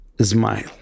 smile